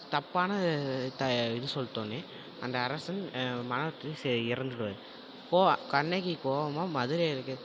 தப்பான த இது சொல்லிட்டோன்னு அந்த அரசன் மன வருத்தத்தில் செ இறந்துருவாரு கோ கண்ணகி போகும்போது மதுரையில இருக்க